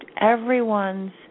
everyone's